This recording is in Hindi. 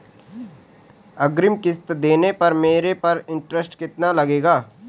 अग्रिम किश्त देने पर मेरे पर इंट्रेस्ट कितना लगेगा?